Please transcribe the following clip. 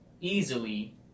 easily